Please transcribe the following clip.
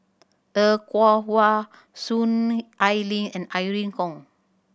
Er Kwong Wah Soon Ai Ling and Irene Khong